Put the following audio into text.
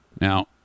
Now